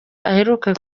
aheruka